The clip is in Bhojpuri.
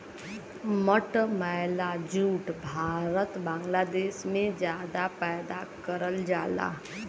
मटमैला जूट भारत बांग्लादेश में जादा पैदा करल जाला